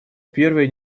первое